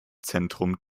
zentrum